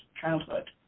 childhood